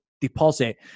deposit